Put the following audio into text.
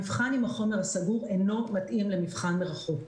המבחן עם החומר הסגור אינו מתאים למבחן מרחוק.